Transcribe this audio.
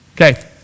Okay